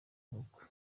ubukwe